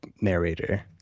narrator